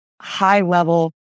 high-level